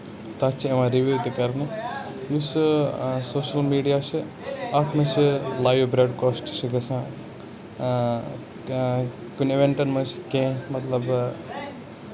تَتھ چھُ یِوان رِویوٗ تہِ کَرنہٕ یُس سوشَل میٖڈیا چھُ اتھ منٛز چھِ لایو بروڈکاسٹ چھُ گژھان کُنہِ اِوینٹن منز چھُ کیٚنہہ مطلب